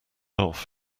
off